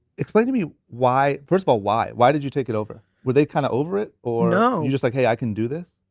explain to me why, first of all, why? why did you take it over? were they kind of over it or um you're just like hey i can do this?